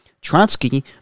Trotsky